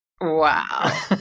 Wow